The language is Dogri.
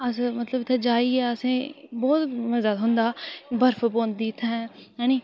अस मतलब इत्थें जाइयै असें ई बहुत मज़ा थ्होंदा बर्फ पौंदी उत्थें ऐ नी